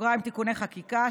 (תיקוני חקיקה),